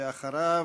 ואחריו,